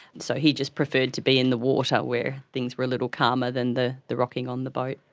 so he just preferred to be in the water where things were a little calmer than the the rocking on the boat.